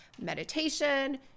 meditation